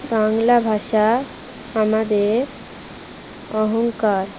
বাংলা ভাষা আমাদের অহংকার